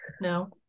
No